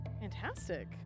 Fantastic